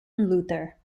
luther